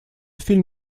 фильм